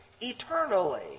eternally